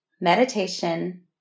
meditation